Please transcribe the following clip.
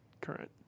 current